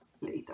later